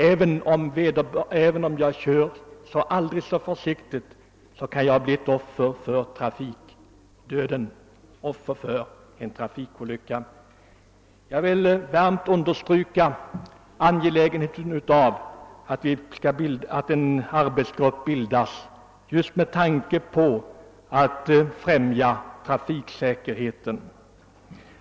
Även om jag kör aldrig så försiktigt kan jag bli ett offer för trafikdöden, offer för en trafikolycka. Jag vill därför, herr talman, kraftigt understryka angelägenheten av att en arbetsgrupp bildas just med tanke på att främja trafiksäkerheten.